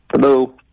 Hello